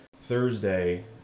Thursday